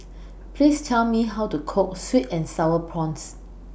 Please Tell Me How to Cook Sweet and Sour Prawns